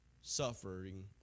suffering